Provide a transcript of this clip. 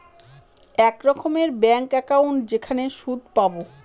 এক রকমের bank account যেখানে সুদ পাবো